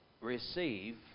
receive